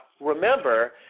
remember